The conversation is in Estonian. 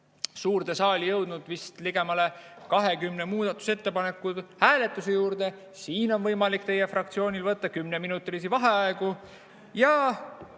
suurde saali jõudnud vist ligemale 20 muudatusettepaneku hääletamise juurde. Siin on võimalik teie fraktsioonil võtta kümneminutilisi vaheaegu.